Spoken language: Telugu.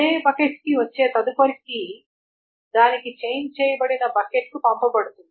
అదే బకెట్కి వచ్చే తదుపరి కీ దానికి చైన్ చేయబడిన బకెట్కు పంపబడుతుంది